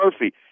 Murphy